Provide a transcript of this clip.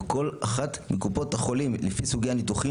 בו כל אחת מקופות החולים לפי סוגי הניתוחים